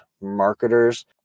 marketers